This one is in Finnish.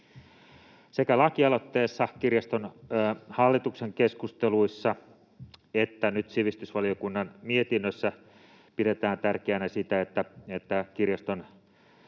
Sekä lakialoitteessa, kirjaston hallituksen keskusteluissa että nyt sivistysvaliokunnan mietinnössä pidetään tärkeänä sitä, että ensinnäkin